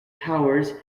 powers